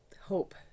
hope